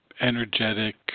energetic